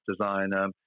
designer